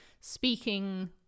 speaking